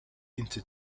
into